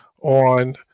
on